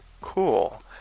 Cool